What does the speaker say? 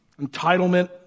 entitlement